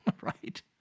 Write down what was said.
right